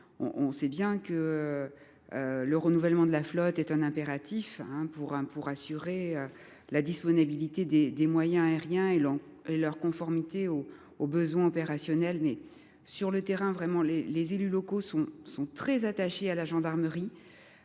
En effet, le renouvellement de la flotte est un impératif pour assurer la disponibilité des moyens aériens et leur adéquation aux besoins opérationnels. Sur le terrain, les élus locaux sont très attachés à la gendarmerie,